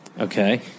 Okay